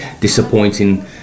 disappointing